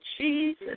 Jesus